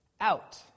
out